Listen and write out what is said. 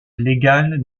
légal